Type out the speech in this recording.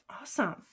Awesome